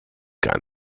gar